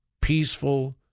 peaceful